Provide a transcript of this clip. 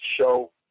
show